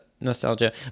nostalgia